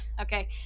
Okay